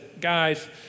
Guys